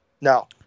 No